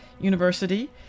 University